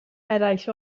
eraill